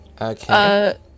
Okay